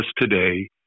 today